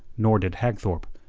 nor did hagthorpe,